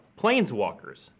Planeswalkers